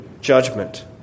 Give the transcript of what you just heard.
judgment